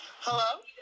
Hello